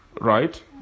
right